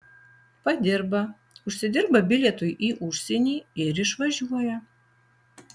padirba užsidirba bilietui į užsienį ir išvažiuoja